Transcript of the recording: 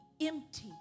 empty